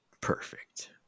Perfect